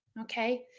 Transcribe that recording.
Okay